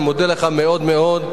אני מודה לך מאוד מאוד.